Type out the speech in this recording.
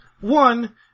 One